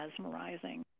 mesmerizing